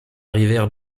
rivière